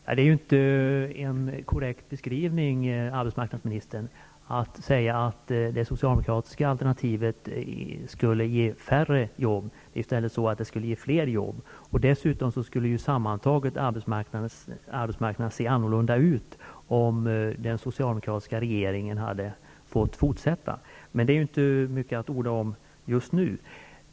Herr talman! Det är inte en korrekt beskrivning, arbetsmarknadsministern, att säga att det socialdemokratiska alternativet skulle ge färre jobb. Det är i stället så att det skulle ge fler jobb. Dessutom skulle arbetsmarknaden över huvud taget se annorlunda ut om den socialdemokratiska regeringen hade fått fortsätta att utöva makten. Men det är inte mycket att orda om just nu.